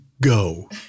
go